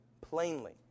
plainly